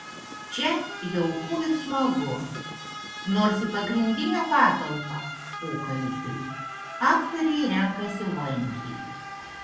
čia jauku ir smagu nors į pagrindinę patalpą pokalbiui aktoriai renkasi vangiai